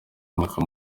mwaka